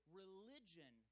religion